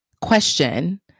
question